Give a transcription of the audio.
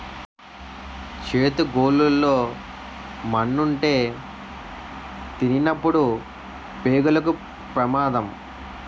చేతి గోళ్లు లో మన్నుంటే తినినప్పుడు పేగులకు పెమాదం